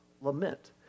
Lament